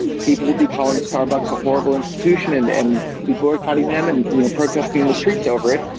people would be calling starbucks a horrible institution and and be boycotting them and you know protesting in the streets over it.